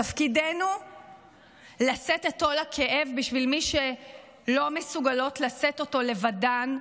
תפקידנו לשאת את עול הכאב בשביל מי שלא מסוגלות לשאת אותו לבדן,